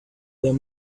there